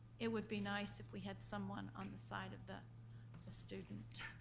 it would be nice if we had someone on the side of the the student.